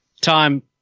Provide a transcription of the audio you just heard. time